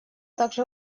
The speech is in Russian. также